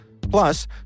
Plus